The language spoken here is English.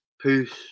Peace